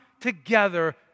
together